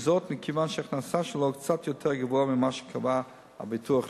וזאת מכיוון שההכנסה שלו קצת יותר גבוהה ממה שקבע הביטוח הלאומי.